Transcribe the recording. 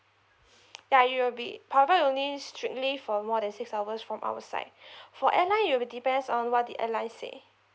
ya it'll be provide only strictly for more than six hours from our side for airline it'll be depends on what the airline say